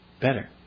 better